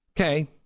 Okay